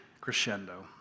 crescendo